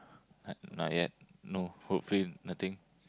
uh not yet no hopefully nothing